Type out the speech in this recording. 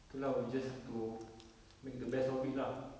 itu lah we just have to make the best of it lah